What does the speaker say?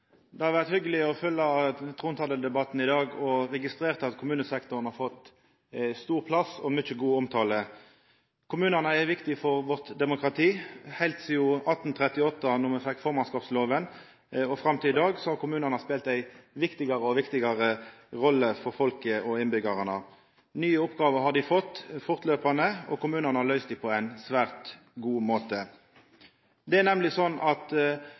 Det har vore hyggjeleg å følgja trontaledebatten i dag og registrera at kommunesektoren har fått stor plass og mykje god omtale. Kommunane er viktige for vårt demokrati. Heilt sidan 1837, då me fekk formannskapsloven, og fram til i dag har kommunane spelt ei viktigare og viktigare rolle for folket – for innbyggjarane. Nye oppgåver har dei fått fortløpande, og kommunane har løyst dei på ein svært god måte. Det er nemleg slik at